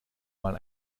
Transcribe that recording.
mal